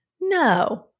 No